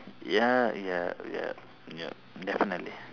ya ya yup yup definitely